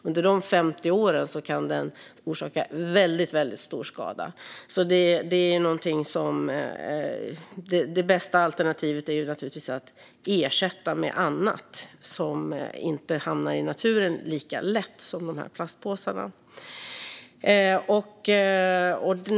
Under de 50 åren kan den orsaka väldigt stor skada, så det bästa alternativet är naturligtvis att ersätta med annat som inte hamnar i naturen lika lätt som plastpåsarna.